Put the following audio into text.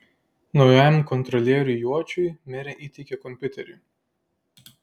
naujajam kontrolieriui juočiui merė įteikė kompiuterį